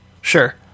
Sure